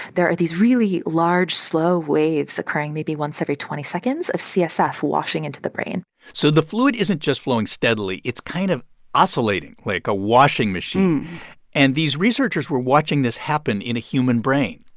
there are these really large, slow waves occurring maybe once every twenty seconds of csf washing into the brain so the fluid isn't just flowing steadily. it's kind of oscillating like a washing machine hmm and these researchers were watching this happen in a human brain,